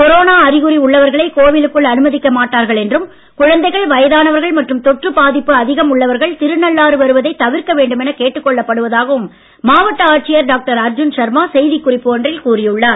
corona அறிகுறி உள்ளவர்கள் கோவிலுக்குள் அனுமதிக்க மாட்டார்கள் என்றும் குழந்தைகள் வயதானவர்கள் மற்றும் தொற்று பாதிப்பு அதிகம் உள்ளவர்கள் திருநள்ளாறு வருவதை தவிர்க்க வேண்டுமென கேட்டுக் கொள்ளப்படுவதாகவும் மாவட்ட ஆட்சியர் டாக்டர் அர்ஜுன் சர்மா செய்திக் குறிப்பு ஒன்றில் கூறி உள்ளார்